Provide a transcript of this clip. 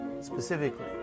Specifically